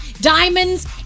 diamonds